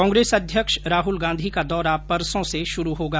कांग्रेस अध्यक्ष राहुल गांधी का दौरा परसों से शुरू होगा